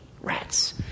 Rats